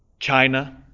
China